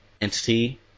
entity